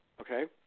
Okay